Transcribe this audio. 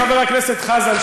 חבר הכנסת חזן,